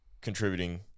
contributing